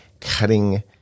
cutting